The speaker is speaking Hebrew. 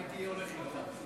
הייתי הולך איתך,